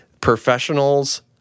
professionals